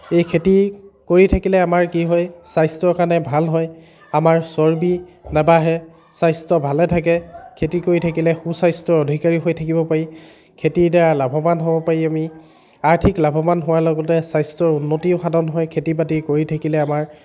এই খেতি কৰি থাকিলে আমাৰ কি হয় স্বাস্থ্যৰ কাৰণে ভাল হয় আমাৰ চৰ্বি নাবাঢ়ে স্বাস্থ্য ভালে থাকে খেতি কৰি থাকিলে সুস্বাস্থ্যৰ অধিকাৰী হৈ থাকিব পাৰি খেতিৰ দ্বাৰাই লাভৱান হ'ব পাৰি আমি আৰ্থিক লাভৱান হোৱাৰ লগতে স্বাস্থ্যৰ উন্নতিও সাধন হয় খেতি বাতি কৰি থাকিলে আমাৰ